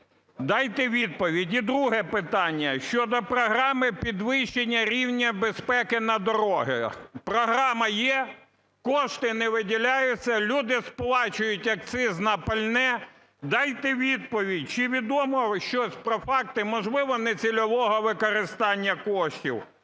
Дайте відповідь. І друге питання щодо програми підвищення рівня безпеки на дорогах. Програма є, кошти не виділяються, люди сплачують акциз на пальне. Дайте відповідь. Чи відомо щось про факти, можливо нецільового використання коштів?